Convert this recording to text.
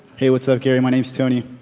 hey what's up gary, my name's tony.